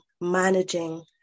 managing